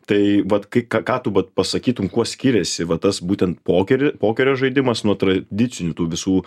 tai vat kai ką ką tu vat pasakytum kuo skiriasi va tas būtent pokerį pokerio žaidimas nuo tradicinių tų visų